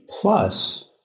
Plus